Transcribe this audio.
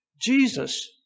Jesus